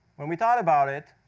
when we thought about it,